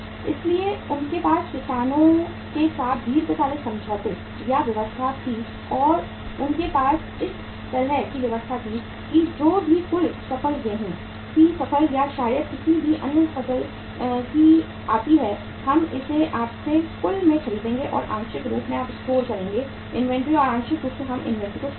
इसलिए उनके पास किसानों के साथ दीर्घकालिक समझौते या व्यवस्था थी और उनके पास इस तरह की व्यवस्था थी कि जो भी कुल फसल गेहूं की फसल या शायद किसी भी अन्य फसल की आती है हम इसे आपसे कुल में खरीदेंगे और आंशिक रूप से आप स्टोर करेंगे इन्वेंट्री और आंशिक रूप से हम इन्वेंट्री को स्टोर करेंगे